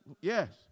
Yes